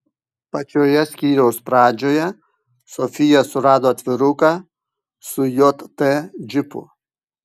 pačioje skyriaus pradžioje sofija surado atviruką su jt džipu